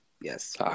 yes